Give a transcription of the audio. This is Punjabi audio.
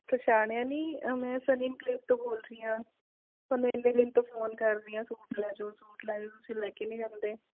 ਪਛਾਣਿਆ ਨਹੀਂ ਮੈਂ ਸਨੀ ਇਵਕਲੇਵ ਤੋਂ ਬੋਲ਼ ਰਹੀ ਹਾਂ ਤੁਹਾਨੂੰ ਇੰਨੇ ਦਿਨ ਤੋਂ ਫੋਨ ਕਰ ਰਹੀ ਹਾਂ ਸੂਟ ਲੈ ਜੋ ਸੂਟ ਲੈ ਜੋ ਤੁਸੀਂ ਲੈ ਕੇ ਨਹੀਂ ਜਾਂਦੇ